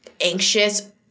anxious